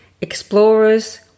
explorers